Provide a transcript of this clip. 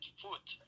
foot